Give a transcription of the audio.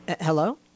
Hello